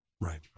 Right